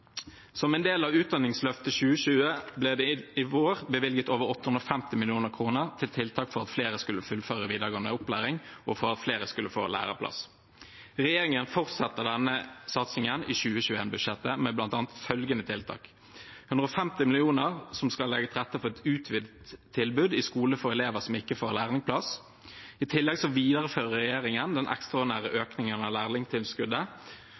Som en del av Utdanningsløftet 2020 ble det i vår bevilget over 850 mill. kr til tiltak for at flere skulle fullføre videregående opplæring, og for at flere skulle få læreplass. Regjeringen fortsetter denne satsingen i 2021-budsjettet med bl.a. følgende tiltak: 150 mill. kr som skal legge til rette for et utvidet tilbud i skole for elever som ikke får læreplass. I tillegg viderefører regjeringen den ekstraordinære økningen av lærlingtilskuddet,